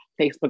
Facebook